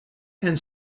and